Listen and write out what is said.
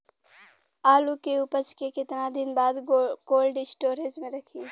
आलू के उपज के कितना दिन बाद कोल्ड स्टोरेज मे रखी?